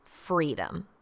freedom